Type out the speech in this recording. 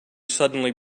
suddenly